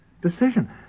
decision